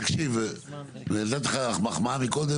תקשיב, קודם